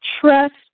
trust